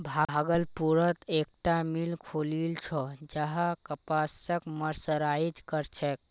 भागलपुरत एकता मिल खुलील छ जहां कपासक मर्सराइज कर छेक